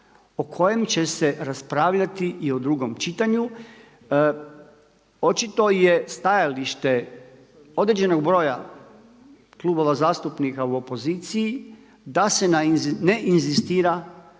o kojem će se raspravljati i u drugom čitanju. Očito je stajalište određenog broja klubova zastupnika u opoziciji da se ne inzistira